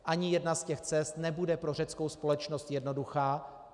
Ani jedna z cest nebude pro řeckou společnost jednoduchá.